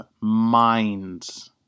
minds